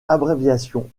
abréviation